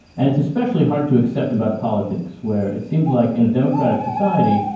and it's especially hard to accept about politics, where it seems like in a democratic society,